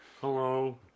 Hello